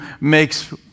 makes